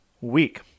week